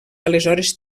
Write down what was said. aleshores